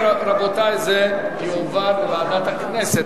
לדיון מוקדם בוועדה שתקבע ועדת הכנסת